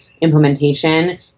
implementation